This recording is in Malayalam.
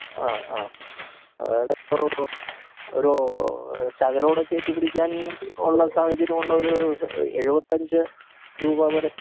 ആ ആ അതായത് ഇപ്പോൾ ഒരു ശകലം കൂടി കയറ്റി പിടിക്കാൻ ഉള്ള സാഹചര്യമുണ്ടോ ഒരു എഴുപത്തി അഞ്ച് രൂപ വരെ